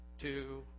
two